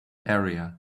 area